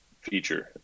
feature